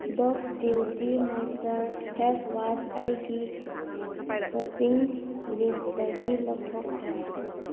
Dove beauty moisture face wash ꯑꯩꯒꯤ shopping ꯂꯤꯁꯇꯒꯤ ꯂꯧꯊꯣꯛꯈ꯭ꯔꯣ